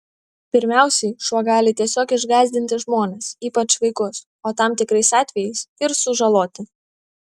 pirmiausiai šuo gali tiesiog išgąsdinti žmones ypač vaikus o tam tikrais atvejais ir sužaloti